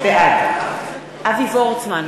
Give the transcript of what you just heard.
בעד אבי וורצמן,